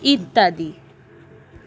ইত্যাদি